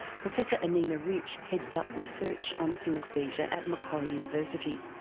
professor anina rich heads up research on synaesthesia at macquarie university.